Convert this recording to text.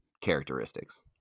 characteristics